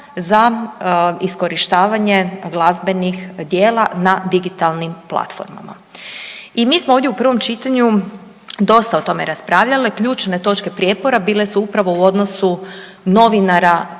za iskorištavanje glazbenih djela na digitalnim platformama. I mi smo ovdje u prvom čitanju dosta o tome raspravljali. Ključne točke prijepora bile su upravo u odnosu novinara